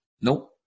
Nope